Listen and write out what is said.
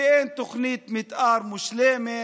כי אין תוכנית מתאר מושלמת,